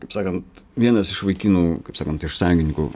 kaip sakant vienas iš vaikinų kaip sakant iš sąjungininkų